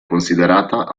considerata